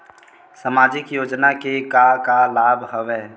सामाजिक योजना के का का लाभ हवय?